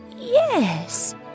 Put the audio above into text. Yes